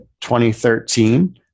2013